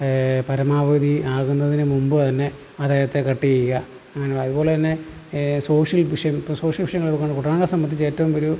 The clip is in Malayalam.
പരമാവധി ആകുന്നതിനു മുൻപ് തന്നെ അദ്ദേഹത്തെ കട്ട് ചെയ്യുക അങ്ങനെ അതുപോലെത്തന്നെ സോഷ്യൽ വിഷയം സോഷ്യൽ വിഷയങ്ങൾ കുട്ടനാടിനെ സംബന്ധിച്ച് ഏറ്റവും ഒരു